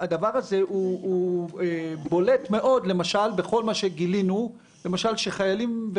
הדבר הזה בולט בכל מה שגילינו לגבי חיילים